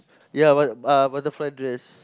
ya but uh butterfly dress